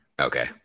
Okay